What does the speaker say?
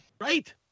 Right